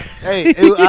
Hey